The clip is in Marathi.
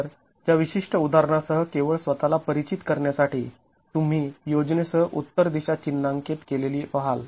तर ज्या विशिष्ट उदाहरणासह केवळ स्वतःला परिचित करण्यासाठी तुम्ही योजनेसह उत्तर दिशा चिन्हांकित केलेली पहाल